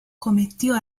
cometió